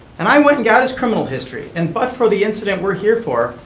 and i went and got his criminal history, and but for the incident we're here for,